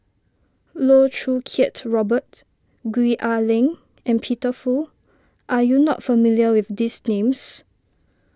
Loh Choo Kiat Robert Gwee Ah Leng and Peter Fu are you not familiar with these names